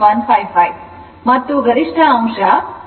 155 ಮತ್ತು ಗರಿಷ್ಠ ಅಂಶ √3 1